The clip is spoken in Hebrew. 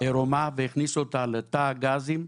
עירומה והכניסו אותה לתא הגזים,